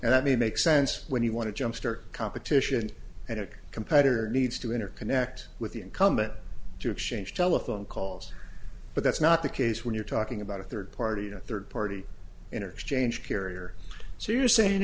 and that me makes sense when you want to jumpstart competition and a competitor needs to interconnect with the incumbent to exchange telephone calls but that's not the case when you're talking about a third party a third party interchange carrier